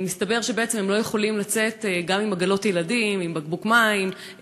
מסתבר שבעצם הם לא יכולים לצאת גם עם עגלות ילדים או עם בקבוק מים.